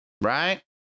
Right